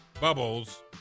bubbles